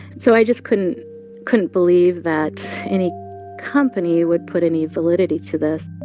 so i just couldn't couldn't believe that any company would put any validity to this